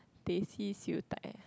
teh C siew dai